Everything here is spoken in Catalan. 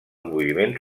moviment